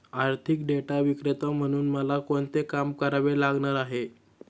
आर्थिक डेटा विक्रेता म्हणून मला कोणते काम करावे लागणार आहे?